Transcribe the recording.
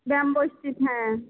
হ্যাঁ